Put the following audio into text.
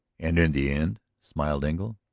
and in the end, smiled engle,